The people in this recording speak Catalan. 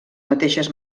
mateixes